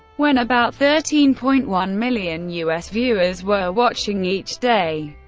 when about thirteen point one million u s. viewers were watching each day.